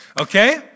Okay